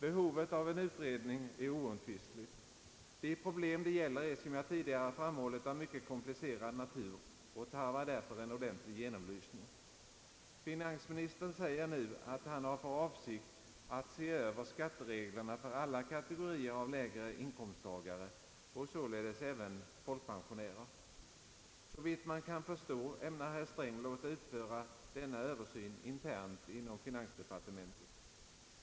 Behovet av en utredning är oomtvistligt. De problem det gäller är, som jag tidigare framhållit, av mycket komplicerad natur och tarvar därför en ordentlig genomlysning. Finansministern säger nu att han har för avsikt att se över skattereglerna för alla kategorier av lägre inkomsttagare och således även för folkpensionärer. Såvitt man kan förstå ämnar herr Sträng låta utföra denna översyn internt inom finansdepartementet.